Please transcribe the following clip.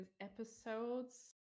episodes